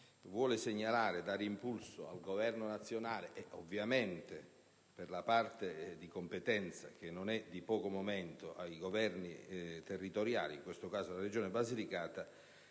vuole dare impulso al Governo nazionale e ovviamente, per la parte di competenza, che non è di poco momento, ai Governi territoriali (in questo caso la Regione Basilicata),